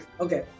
Okay